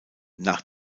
nach